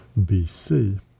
BC